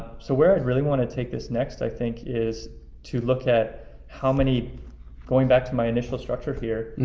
so where i'd really wanna take this next, i think, is to look at how many going back to my initial structure here,